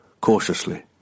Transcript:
cautiously